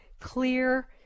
clear